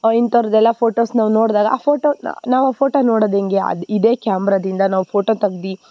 ಇಂಥವ್ರದ್ದೆಲ್ಲ photos ನಾವು ನೋಡಿದಾಗ ಆ ಫೋಟೋ ನಾ ನಾವು ಆ ಫೋಟೋ ನೋಡೋದ್ ಹೆಂಗೆ ಅದು ಇದೇ ಕ್ಯಾಮ್ರದಿಂದ ನಾವು ಫೋಟೋ ತಗ್ದು